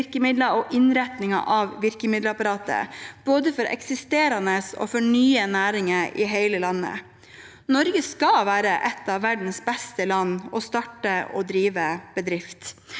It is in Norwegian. og innretningen av virkemiddelapparatet både for eksisterende og for nye næringer i hele landet. Norge skal være et av verdens beste land å starte og drive bedrift